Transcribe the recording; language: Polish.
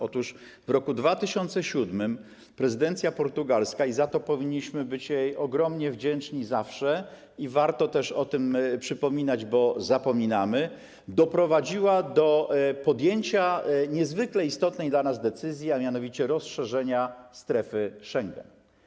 Otóż w roku 2007 prezydencja portugalska - za to powinniśmy być jej zawsze ogromnie wdzięczni i warto o tym przypominać, bo zapominamy - doprowadziła do podjęcia niezwykle istotnej dla nas decyzji, a mianowicie rozszerzenia strefy Schengen.